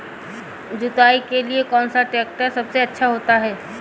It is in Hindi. जुताई के लिए कौन सा ट्रैक्टर सबसे अच्छा होता है?